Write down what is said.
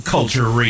Culture